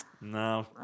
No